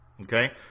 Okay